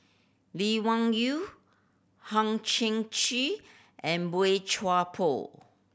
Lee Wung Yew Hang Chang Chieh and Boey Chuan Poh